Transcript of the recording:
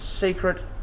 secret